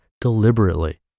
deliberately